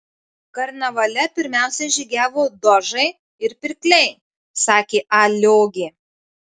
karnavale pirmiausiai žygiavo dožai ir pirkliai sakė a liogė